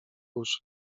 uszy